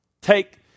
take